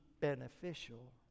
beneficial